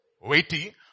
weighty